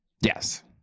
Yes